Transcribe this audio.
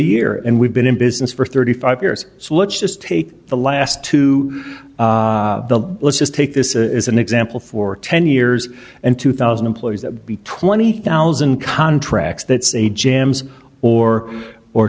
year and we've been in business for thirty five years so let's just take the last two let's just take this as an example for ten years and two thousand employees that be twenty thousand contracts that say jams or or